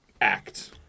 act